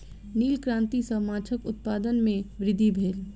नील क्रांति सॅ माछक उत्पादन में वृद्धि भेल